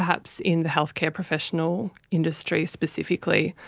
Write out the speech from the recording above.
perhaps in the healthcare professional industry specifically.